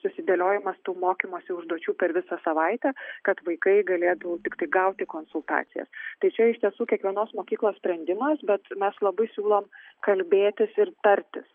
susidėliojamas tų mokymosi užduočių per visą savaitę kad vaikai galėtų tiktai gauti konsultacijas tai čia iš tiesų kiekvienos mokyklos sprendimas bet mes labai siūlom kalbėtis ir tartis